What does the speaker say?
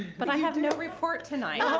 but i have no report tonight.